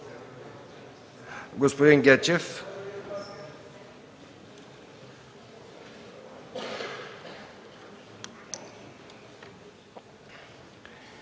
господин Гечев.